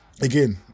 again